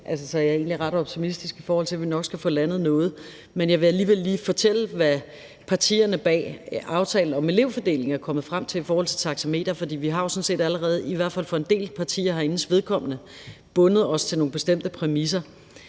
i forhold til at vi nok skal få landet noget. Men jeg vil alligevel lige fortælle, hvad partierne bag aftalen om elevfordeling er kommet frem til i forhold til taxameter, for vi har jo sådan set allerede, i hvert fald for en del partier herindes vedkommende, bundet os til nogle bestemte præmisser.